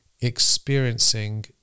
experiencing